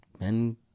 Men